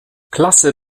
klasse